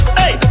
hey